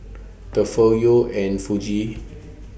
Tefal Yeo's and Fuji